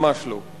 ממש לא.